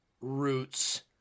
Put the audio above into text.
roots